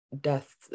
deaths